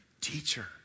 Teacher